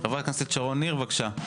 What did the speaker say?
חברת הכנסת שרון ניר, בבקשה.